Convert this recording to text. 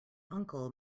uncle